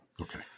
Okay